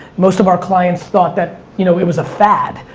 most of our clients thought that you know it was a fad.